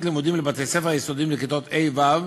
לימודים לבתי-הספר היסודיים לכיתות ה' ו'